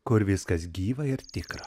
kur viskas gyva ir tikra